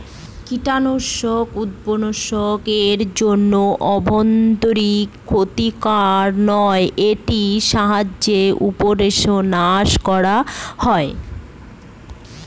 কীটনাশক উদ্ভিদসমূহ এর জন্য অভ্যন্তরীন ক্ষতিকারক নয় এটির সাহায্যে উইড্স নাস করা হয়